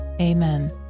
Amen